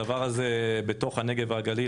הדבר הזה בתוך הנגב והגליל,